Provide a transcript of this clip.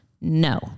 No